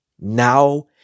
Now